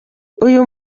uyu